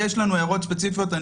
יש לנו הערות ספציפיות.